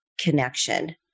connection